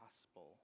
gospel